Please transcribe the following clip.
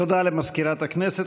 תודה למזכירת הכנסת.